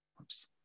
Oops